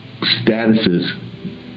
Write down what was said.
statuses